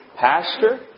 Pastor